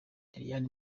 lilian